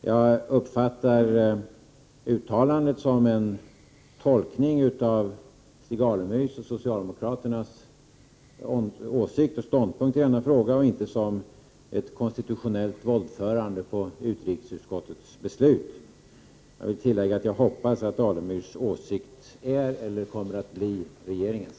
Jag uppfattar uttalandet som en tolkning av Stig Alemyrs och socialdemokraternas åsikt och ståndpunkt i denna fråga och inte som ett konstitutionellt våldförande på utrikesutskottets ställningstagande. Jag vill tillägga att jag hoppas att Stig Alemyrs åsikt är, eller kommer att bli, regeringens.